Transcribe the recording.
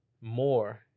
more